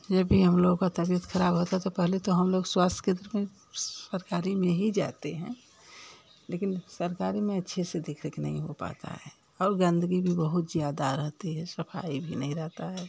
जब भी हम लोग का तबियत खराब होता तो पहले तो हम लोग स्वास्थ्य केंद्र में सरकारी में ही जाते हैं लेकिन सरकारी में अच्छे से देख रेख नहीं हो पाता है और गंदगी भी बहुत जाता रहती है सफाई भी नहीं रहता है